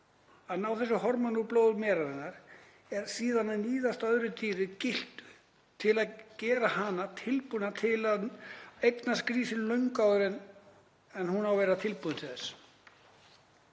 að ná þessu hormóni úr blóði merarinnar er síðan að níðast á öðru dýri, gyltu, til að gera hana tilbúna til að eignast grísi löngu áður en hún á að vera tilbúin til þess.